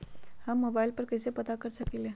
हम मोबाइल पर कईसे पता कर सकींले?